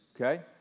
okay